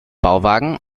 bauwagen